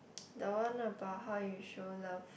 the one about how you show love